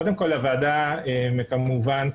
קודם כל הוועדה כמובן,